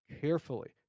carefully